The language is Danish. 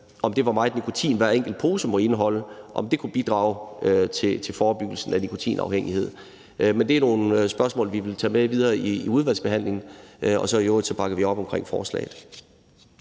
af, hvor meget nikotin hver enkelt pose må indeholde, vil kunne bidrage til forebyggelsen af nikotinafhængighed. Men det er nogle spørgsmål, som vi vil tage med videre til udvalgsbehandlingen, og så bakker vi i øvrigt op om forslaget.